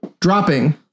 dropping